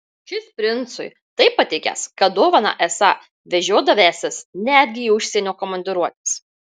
šis princui taip patikęs kad dovaną esą vežiodavęsis netgi į užsienio komandiruotes